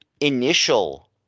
initial